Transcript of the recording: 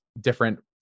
different